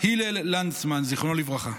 הלל לנדסמן זכרונו לברכה.